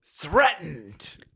threatened